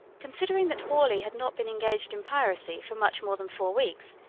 considering that worley had not been engaged in piracy for much more than four weeks,